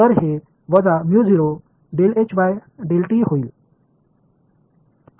तर हे वजा होईल